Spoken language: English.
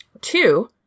Two